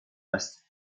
است